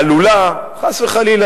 חס וחלילה,